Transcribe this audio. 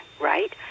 right